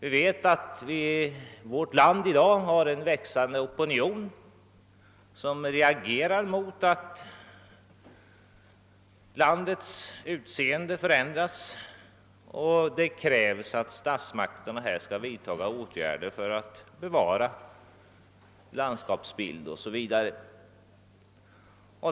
Samtidigt reagerar en växande opinion mot att landets utseende förändras. Man kräver att statsmakterna skall vidtaga åtgärder för att bevara landskapsbilden o.s. v.